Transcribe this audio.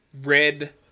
red